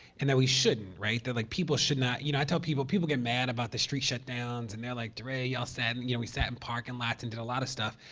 and that we shouldn't, right? there are like people should not you know, i tell people people get mad about the street shut downs. and they're like, deray, you all sat and you know, we sat in parking lots and did a lot of stuff.